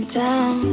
down